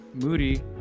Moody